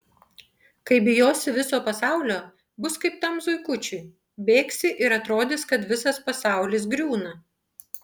kai bijosi viso pasaulio bus kaip tam zuikučiui bėgsi ir atrodys kad visas pasaulis griūna